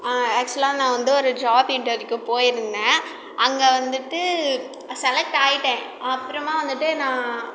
ஆக்சுவலாக நான் வந்து ஒரு ஜாப் இன்டர்வியூவுக்கு போய்ருந்தேன் அங்கே வந்துவிட்டு செலக்ட் ஆகிட்டேன் அப்புறமாக வந்துவிட்டு நான்